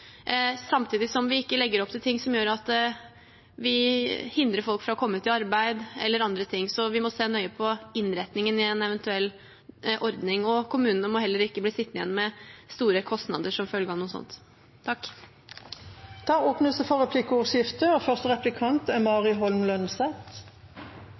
samtidig som vi ikke legger det opp slik at vi hindrer folk fra å komme ut i arbeid eller annet. Så vi må se nøye på innretningen i en eventuell ordning. Kommunene må heller ikke bli sittende igjen med store kostnader som følge av dette. Det blir replikkordskifte. Mitt spørsmål knytter seg nettopp til det